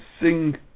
sing